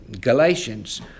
Galatians